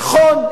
נכון,